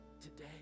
today